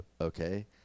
Okay